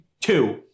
two